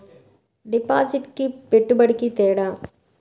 డిపాజిట్కి పెట్టుబడికి తేడా?